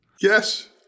Yes